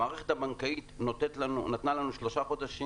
המערכת הבנקאית נתנה לנו שלושה חודשים